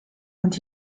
und